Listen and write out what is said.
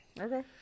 Okay